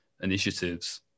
initiatives